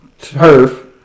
turf